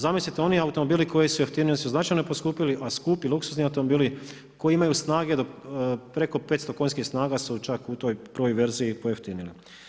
Zamislite oni automobili koji su jeftiniji oni su značajno poskupili, a skupi, luksuzni automobili koji imaju snage preko 500 konjskih snaga su čak u toj prvoj verziji pojeftinili.